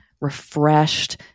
refreshed